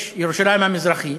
יש ירושלים המזרחית